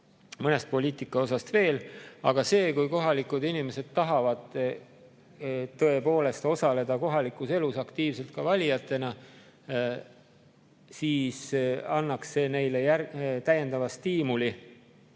mõnest poliitika osast veel. Aga see, kui kohalikud inimesed tahavad tõepoolest osaleda kohalikus elus aktiivselt ka valijatena, annab neile täiendava stiimuli